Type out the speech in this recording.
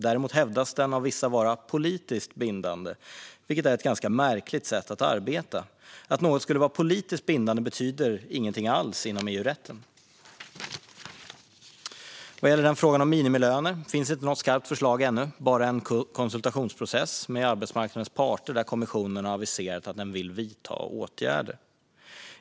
Däremot hävdas den av vissa vara politiskt bindande, vilket är ett ganska märkligt sätt att arbeta. Att något skulle vara politiskt bindande betyder ingenting alls inom EU-rätten. Vad gäller frågan om minimilöner finns inte något skarpt förslag ännu, bara en konsultationsprocess med arbetsmarknadens parter där kommissionen har aviserat att den vill vidta åtgärder.